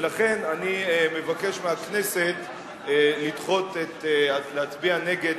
ולכן, אני מבקש מהכנסת להצביע נגד.